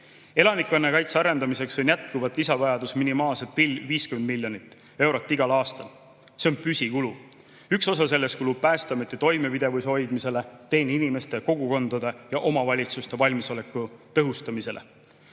Elanikkonnakaitse arendamiseks on jätkuvalt lisavajadus minimaalselt 50 miljonit eurot igal aastal. See on püsikulu. Üks osa sellest kulub Päästeameti toimepidevuse hoidmisele, teine inimeste ja kogukondade ja omavalitsuste valmisoleku tõhustamisele.